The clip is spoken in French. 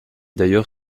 d’ailleurs